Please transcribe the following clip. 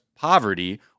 poverty